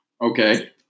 Okay